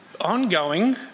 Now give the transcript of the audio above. ongoing